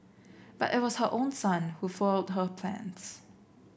but it was her own son who foiled her plans